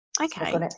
Okay